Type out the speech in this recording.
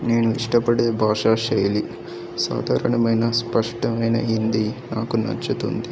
నేను ఇష్టపడే భాష శైలి సాధారణమైన స్పష్టమైన హిందీ నాకు నచ్చుతుంది